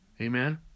Amen